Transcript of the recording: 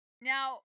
Now